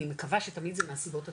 אני מקווה שתמיד זה מהסיבות הטובות,